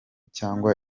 cyangwa